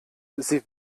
sie